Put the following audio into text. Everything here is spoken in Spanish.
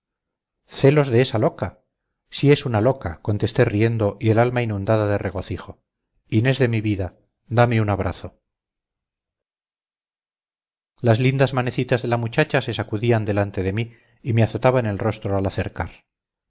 celos de esa loca si es una loca contesté riendo y el alma inundada de regocijo inés de mi vida dame un abrazo las lindas manecitas de la muchacha se sacudían delante de mí y me azotaban el rostro al acercar